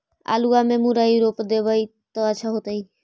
आलुआ में मुरई रोप देबई त अच्छा होतई?